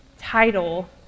title